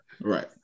Right